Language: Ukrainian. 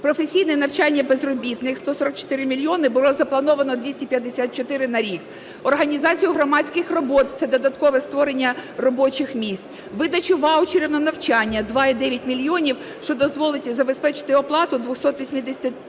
професійне навчання безробітних – 144 мільйони (було заплановано – 254 на рік), організацію громадських робіт (це додаткове створення робочих місць), видачу ваучерів на навчання – 2,9 мільйонів, що дозволить забезпечити оплату 283